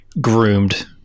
groomed